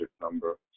number